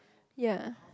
ya